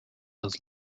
des